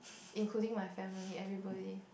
including my family everybody